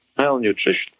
Malnutrition